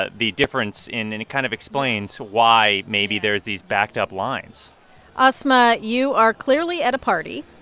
ah the difference in and it kind of explains why maybe there is these backed-up lines asma, you are clearly at a party.